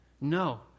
No